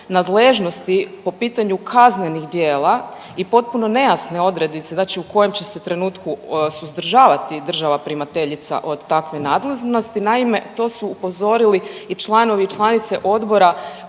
nadležnosti po pitanju kaznenih djela i potpuno nejasne odrednice znači u kojem će se trenutku suzdržavati država primateljica od takve nadležnosti. Naime, to su upozorili i članovi i članice odbora